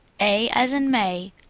a as in may.